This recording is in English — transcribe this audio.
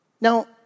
Now